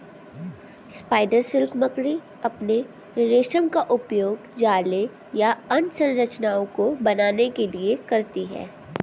spider silk मकड़ी अपने रेशम का उपयोग जाले या अन्य संरचनाओं को बनाने के लिए करती हैं